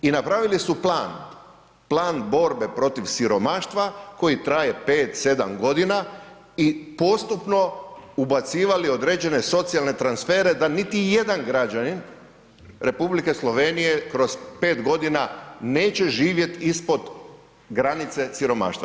I napravili su plan, plan borbe protiv siromaštva koji traje pet, sedam godina i postupno ubacivali određene socijalne transfere da niti jedan građanin Republike Slovenije kroz pet godina neće živjeti ispod granice siromaštva.